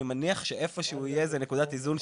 אני מניחה שאיפה שהוא תהיה איזו שהיא נקודת איזון,